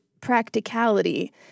practicality